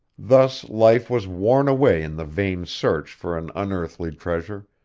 thus life was worn away in the vain search for an unearthly treasure,